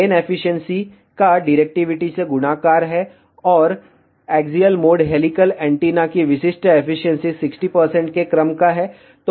gain efficiency का directivity से गुणाकार है और एक्सियल मोड हेलिकल एंटीना की विशिष्ट एफिशिएंसी 60 के क्रम का है